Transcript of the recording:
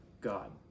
God